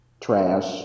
Trash